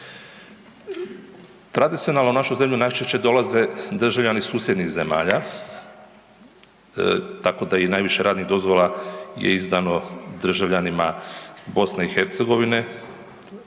Tradicionalno u našu zemlju najčešće dolaze državljani susjednih zemalja, tako da i najviše radnih dozvola je izdano državljanima BiH u ovoj godini